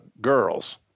girls